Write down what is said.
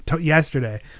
yesterday